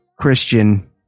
Christian